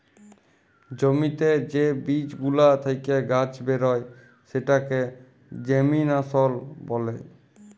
জ্যমিতে যে বীজ গুলা থেক্যে গাছ বেরয় সেটাকে জেমিনাসল ব্যলে